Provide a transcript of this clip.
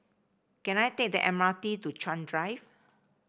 can I take the M R T to Chuan Drive